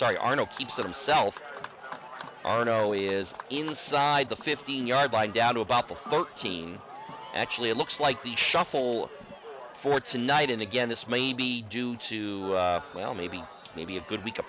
sorry arnold keeps themself arno is inside the fifteen yard line down to about the thirteen actually it looks like the shuffle for tonight and again this may be due to well maybe maybe a good week